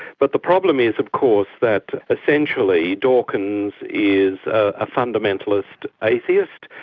but the problem is of course that essentially dawkins is a fundamentalist atheist,